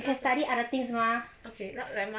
you can study other thing mah